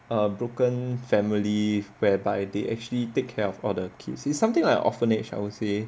err broken family whereby they actually take care of all the kids is something like an orphanage I would say